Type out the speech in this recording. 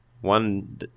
one